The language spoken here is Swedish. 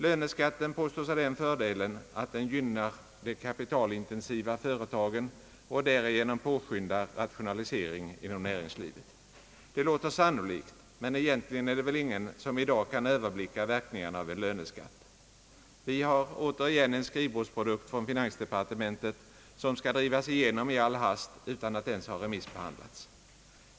Löneskatten påstås ha den fördelen att den gynnar de kapitalintensiva företagen och därigenom påskyndar rationalisering inom näringslivet. Det låter sannolikt, men egentligen är det väl ingen som i dag kan överblicka verkningarna av en löneskatt. Vi har här återigen en skrivbordsprodukt från finansdepartementet som skall drivas igenom i all hast utan att ens ha remissbehandlats.